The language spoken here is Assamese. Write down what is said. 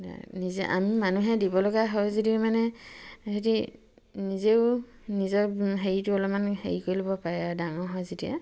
নিজে আমি মানুহে দিব লগা হয় যদিও মানে হেৰি নিজেও নিজৰ হেৰিটো অলপমান হেৰি কৰি ল'ব পাৰে আৰু ডাঙৰ হয় যেতিয়া